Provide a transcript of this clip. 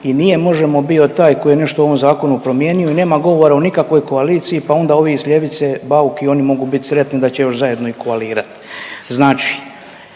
i nije Možemo bio taj koji je nešto u ovom zakonu promijenio i nema govora o nikakvoj koaliciji pa onda ovi s ljevice Bauk i oni mogu bit sretni da će još zajedno i koalirat.